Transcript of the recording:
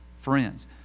friends